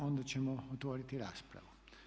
Onda ćemo otvoriti raspravu.